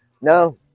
no